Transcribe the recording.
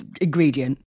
ingredient